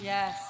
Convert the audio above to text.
Yes